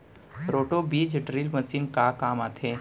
Roto बीज drill machine का काम आथे?